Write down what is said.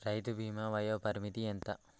రైతు బీమా వయోపరిమితి ఎంత?